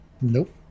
Nope